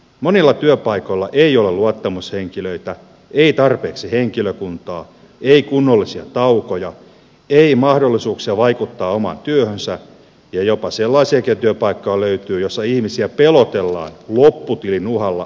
monilla työpaikoilla ei ole luottamushenkilöitä ei tarpeeksi henkilökuntaa ei kunnollisia taukoja ei mahdollisuuksia vaikuttaa omaan työhönsä ja jopa sellaisiakin työpaikkoja löytyy joissa ihmisiä pelotellaan lopputilin uhalla olemaan kiltisti